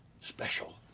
special